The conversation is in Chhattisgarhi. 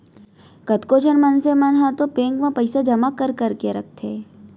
कतको झन मनसे मन ह तो बेंक म पइसा जमा कर करके रखथे